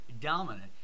dominant